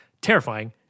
Terrifying